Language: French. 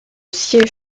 siège